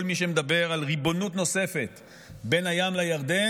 כל מי שמדבר על ריבונות נוספת בין הים לירדן,